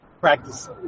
practice